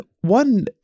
one